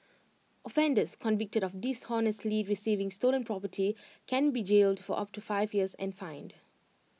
offenders convicted of dishonestly receiving stolen property can be jailed for up to five years and fined